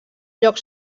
lloc